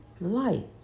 light